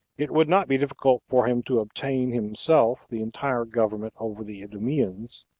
it would not be difficult for him to obtain himself the entire government over the idumeans,